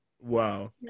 wow